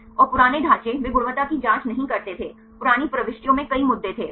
और पुराने ढांचे वे गुणवत्ता की जांच नहीं करते थे पुरानी प्रविष्टियों में कई मुद्दे थे